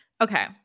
Okay